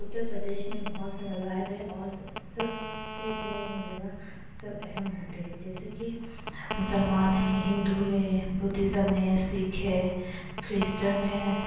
اُترپردیش میں بہت سے مذاہب ہیں اور سب اپنے اپنے جگہ سب اہم ہوتے ہیں جیسے کہ مسلمان ہیں ہندو ہے بدھزم ہے سکھ ہے کرسچن ہیں